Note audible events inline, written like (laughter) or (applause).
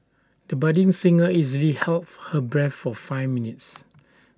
the budding singer easily (noise) held her breath for five minutes